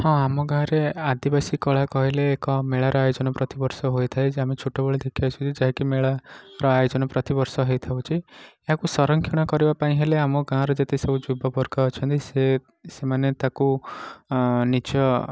ହଁ ଆମ ଗାଁରେ ଆଦିବାସୀ କଳା କହିଲେ ଏକ ମେଳାର ଆୟୋଜନ ପ୍ରତିବର୍ଷ ହୋଇଥାଏ ଯେ ଆମେ ଛୋଟ ବେଳେ ଦେଖିଆସୁ ଯେ ଯାଇକି ମେଳା ର ଆୟୋଜନ ପ୍ରତି ବର୍ଷ ହୋଇଥାଉଛି ଏହାକୁ ସଂରକ୍ଷଣ କରିବା ପାଇଁ ହେଲେ ଆମ ଗାଁର ଯେତେ ସବୁ ଯୁବବର୍ଗ ଅଛନ୍ତି ସେ ସେମାନେ ତା'କୁ ନିଜ